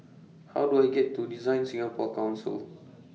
How Do I get to DesignSingapore Council